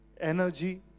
energy